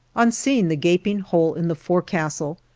on seeing the gaping hole in the forecastle,